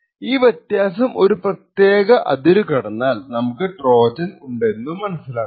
ഈ വ്യത്യാസം ഒരു പ്രത്യേക അതിരു കടന്നാൽ നമുക്ക് ട്രോജൻ ഉണ്ടെന്നു മനസ്സിലാക്കാം